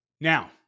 Now